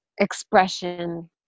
expression